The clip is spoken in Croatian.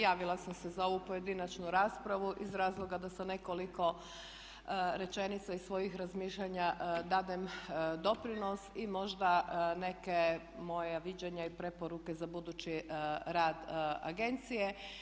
Javila sam se za ovu pojedinačnu raspravu iz razloga da sa nekoliko rečenica i svojih razmišljanja dadem doprinos i možda neke moja viđenja i preporuke za budući rad agencije.